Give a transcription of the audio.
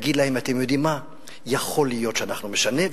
תגיד להם: אתם יודעים מה, יכול להיות שאנחנו נשנה.